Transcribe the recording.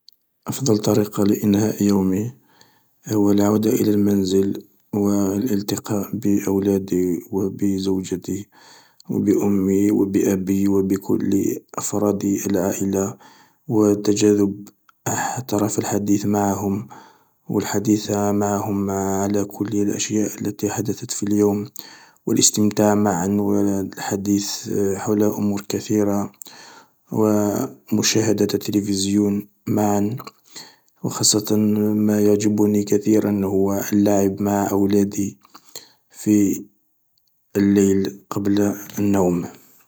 أفضل طريقة لإنهاء يومي هو العودة إلى المنزل و الإلتقاء بأولادي و بزوجتي و بأمي و بأبي و بكل أفراد العائلة و تجاذب أطراف الحديث معهم و الحديث معهم على كل الأشياء التي حدثت في اليوم و الاستمتاع معا و الحديث حول أمور كثيرة و مشاهدة التلفزيون معا و خاصة ما يعجبني كثيرا هو اللعب مع أولادي في الليل قبل النوم.